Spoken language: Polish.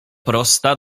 prosta